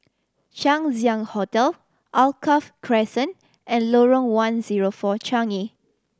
Chang Ziang Hotel Alkaff Crescent and Lorong One Zero Four Changi